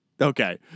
Okay